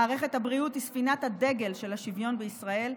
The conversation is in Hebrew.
מערכת הבריאות היא ספינת הדגל של השוויון בישראל,